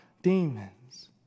demons